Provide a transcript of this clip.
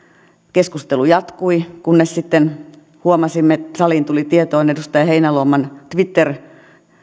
keskustelu jatkui kunnes sitten huomasimme saliin tuli tieto edustaja heinäluoman twitter